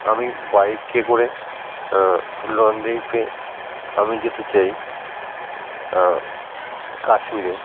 আমি বাইকে করে লং ড্রাইভে আমি যেতে চাই কাশ্মীরে